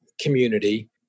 community